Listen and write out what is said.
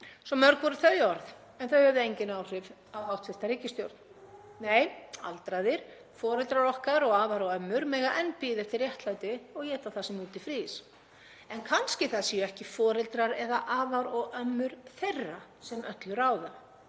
Svo mörg voru þau orð en þau höfðu engin áhrif á hv. ríkisstjórn. Nei, aldraðir, foreldrar okkar, afar og ömmur, mega enn bíða eftir réttlæti og éta það sem úti frýs. En kannski það séu ekki foreldrar eða afar og ömmur þeirra sem öllu ráða,